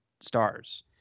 stars